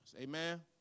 Amen